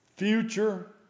future